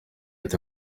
ati